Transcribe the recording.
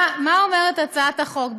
מה אומרת הצעת החוק?